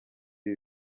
ibi